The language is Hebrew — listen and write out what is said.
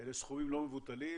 אלה סכומים לא מבוטלים.